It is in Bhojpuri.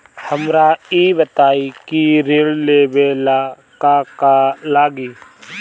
हमरा ई बताई की ऋण लेवे ला का का लागी?